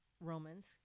Romans